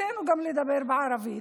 זכותנו גם לדבר בערבית,